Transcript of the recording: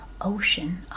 ocean